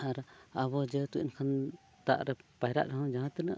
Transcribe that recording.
ᱟᱨ ᱟᱵᱚ ᱡᱮᱦᱮᱛᱩ ᱮᱱᱠᱷᱟᱱ ᱫᱟᱜᱨᱮ ᱯᱟᱭᱨᱟᱜ ᱨᱮᱦᱚᱸ ᱡᱟᱦᱟᱸ ᱛᱤᱱᱟᱹᱜ